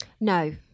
No